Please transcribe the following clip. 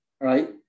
right